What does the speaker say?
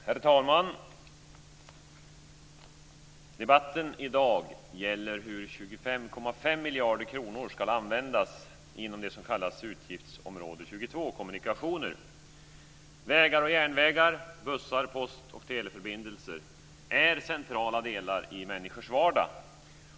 Herr talman! Debatten i dag gäller hur 25,5 miljarder kronor ska användas inom det som kallas utgiftsområde 22, kommunikationer. Vägar, järnvägar och bussar, post och teleförbindelser är centrala delar i människors vardag.